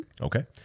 Okay